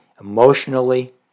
emotionally